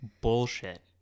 bullshit